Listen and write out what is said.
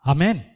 Amen